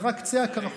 זה רק קצה הקרחון.